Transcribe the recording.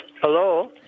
Hello